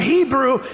Hebrew